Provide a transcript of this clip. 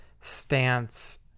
stance